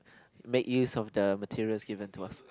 make use of the materials given to us